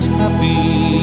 happy